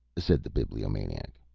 said the bibliomaniac.